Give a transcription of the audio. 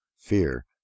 Fear